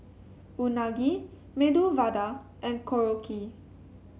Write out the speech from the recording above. Unagi Medu Vada and Korokke